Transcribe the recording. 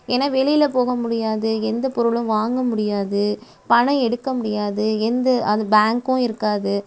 ஏனால் வெளியில் போக முடியாது எந்த பொருளும் வாங்க முடியாது பணம் எடுக்க முடியாது எந்த அது பேங்க்கும் இருக்காது